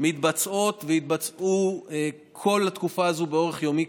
מתבצעות ויתבצעו כל התקופה הזאת באורח יומי.